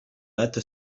letto